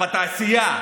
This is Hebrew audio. בתעשייה,